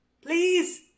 please